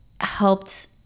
helped